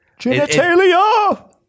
Genitalia